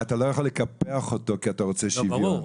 אבל אתה לא יכול לקפח אותו בגלל שאתה רוצה שוויון,